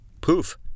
poof